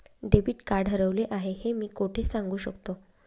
Debit card हरवले आहे हे मी कोठे सांगू शकतो?